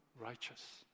righteous